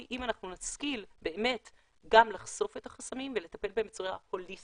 אם נשכיל באמת גם לחשוף את החסמים ולטפל בהם בצורה הוליסטית,